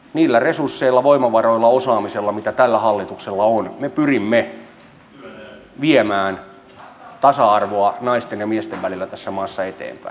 niillä resursseilla voimavaroilla osaamisella mitä tällä hallituksella on me pyrimme viemään tasa arvoa naisten ja miesten välillä tässä maassa eteenpäin